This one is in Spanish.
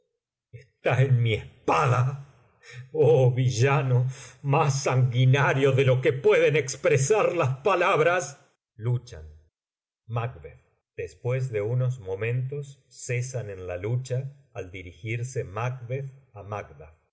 está en mi espada oh villano más sanguinario de lo que pueden expresar las palabras luchan macb después de unos momentos cesan en la lucha al dirigirse macbeth